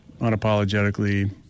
unapologetically